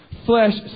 Flesh